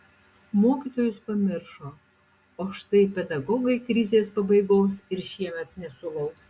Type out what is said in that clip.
mokytojus pamiršo o štai pedagogai krizės pabaigos ir šiemet nesulauks